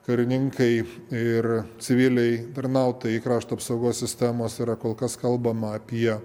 karininkai ir civiliai tarnautojai krašto apsaugos sistemos yra kol kas kalbama apie